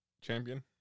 champion